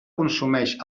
consumeix